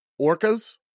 Orcas